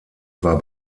war